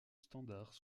standards